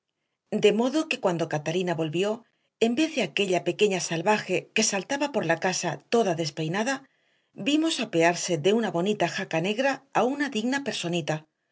de modo que cuando catalina volvió en vez de aquella pequeña salvaje que saltaba por la casa toda despeinada vimos apearse de una bonita jaca negra a una digna personita